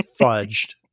fudged